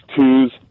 twos